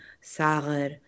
Sagar